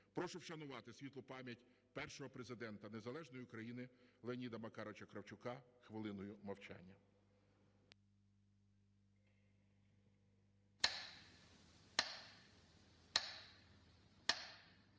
Прошу вшанувати світлу пам'ять першого Президента незалежної України Леоніда Макаровича Кравчука хвилиною мовчання.